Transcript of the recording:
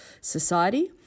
society